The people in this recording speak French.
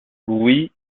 louis